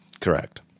correct